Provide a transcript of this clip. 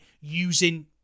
using